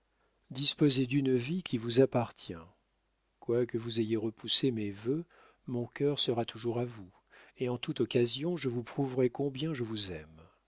disposez d'une vie qui vous appartient quoique vous ayez repoussé mes vœux mon cœur sera toujours à vous et en toute occasion je vous prouverai combien je vous aime